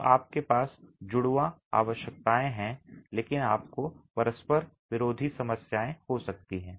तो आपके पास जुड़वां आवश्यकताएं हैं लेकिन आपको परस्पर विरोधी समस्याएं हो सकती हैं